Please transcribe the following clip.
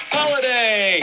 holiday